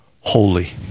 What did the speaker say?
holy